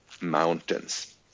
mountains